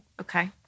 Okay